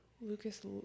Lucas